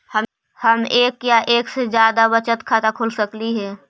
हम एक या एक से जादा बचत खाता खोल सकली हे?